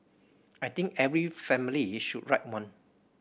I think every family should write one